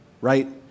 right